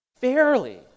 fairly